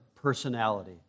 personality